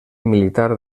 militar